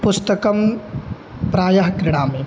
पुस्तकं प्रायः क्रीणामि